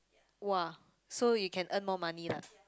!wah! so you can earn more money lah